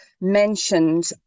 mentioned